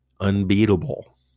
unbeatable